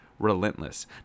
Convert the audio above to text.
relentless